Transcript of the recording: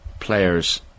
players